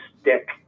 stick